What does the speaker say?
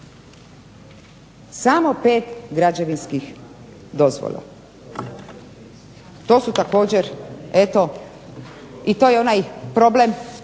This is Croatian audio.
Samo 5 građevinskih dozvola. To su također eto i to je onaj problem